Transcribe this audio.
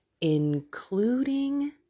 including